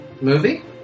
movie